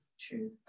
True